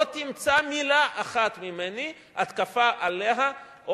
לא תמצא פעם אחת התקפה שלי עליה או